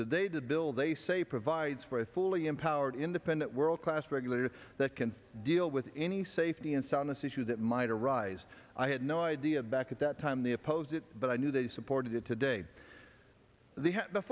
today the bill they say provides for a fully empowered independent worldclass regulator that can deal with any safety and soundness issues that might arise i had no idea back at that time the opposed it but i knew they supported it today the